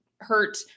hurt